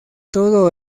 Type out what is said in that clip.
todo